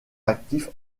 actifs